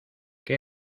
qué